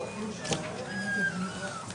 עומדים שם צעירים והידיים מאחורה ואני אומר: הייתי